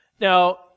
Now